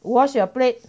wash your plate